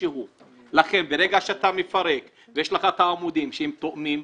ברגע שאתה מפרק ויש לך את העמודים שהם תואמים,